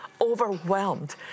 overwhelmed